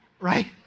Right